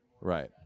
right